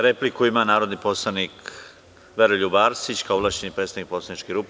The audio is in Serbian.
Repliku ima narodni poslanik Veroljub Arsić kao ovlašćeni predstavnik poslaničke grupe.